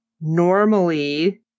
normally